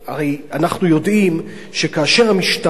הרי אנחנו יודעים שכאשר המשטרה,